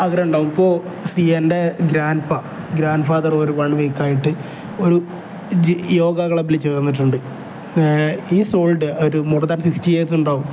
അഗ്രഹമുണ്ടാകും ഇപ്പോൾ സിയാൻ്റെ grandpa grandfather ഒരു വൺ വീക്കായിട്ട് ഒരു ജ യോഗ ക്ലബിൽ ചേർന്നിട്ടുണ്ട് ഹീ ഈസ് ഓൾഡ് ഒരു മൊർ ദാൻ സിക്സ്റ്റി ഇയേർസ് ഉണ്ടാകും